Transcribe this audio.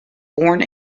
born